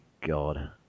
God